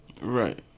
right